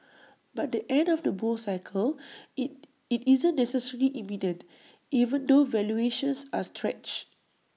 but the end of the bull cycle IT it isn't necessarily imminent even though valuations are stretched